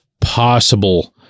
possible